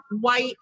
white